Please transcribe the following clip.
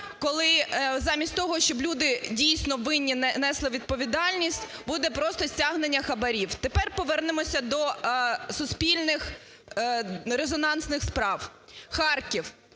коли замість того, щоб люди дійсно винні несли відповідальність – буде просто стягнення хабарів. Тепер повернемося до суспільних резонансних справ. Харків.